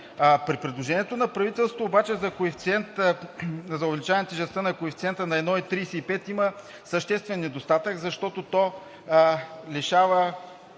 При предложението на правителството обаче за увеличаване тежестта на коефициента на 1,35 има съществен недостатък, защото то лишава